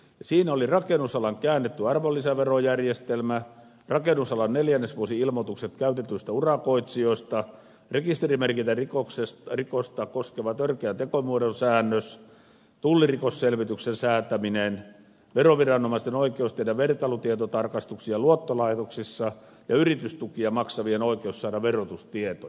siinä oli rakennusalan käännetty arvonlisäverojärjestelmä rakennusalan neljännesvuosi ilmoitukset käytetyistä urakoitsijoista rekisterimerkintärikosta koskevan törkeän tekomuodon säännös tulliselvitysrikoksen säätäminen veroviranomaisten oikeus tehdä vertailutietotarkastuksia luottolaitoksissa ja yritystukia maksavien oikeus saada verotustietoja